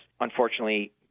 unfortunately